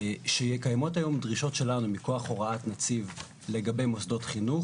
שקיימות היום דרישות שלנו מכוח הוראת נציב לגבי מוסדות חינוך.